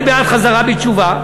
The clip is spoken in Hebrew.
אני בעד חזרה בתשובה.